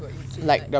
were insane like